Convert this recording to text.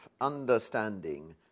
understanding